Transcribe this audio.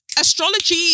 astrology